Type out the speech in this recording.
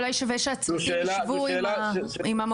אולי שווה שהצוותים יישבו עם המוקד.